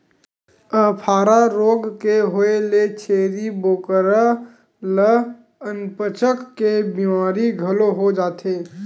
अफारा रोग के होए ले छेरी बोकरा ल अनपचक के बेमारी घलो हो जाथे